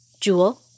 Jewel